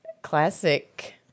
Classic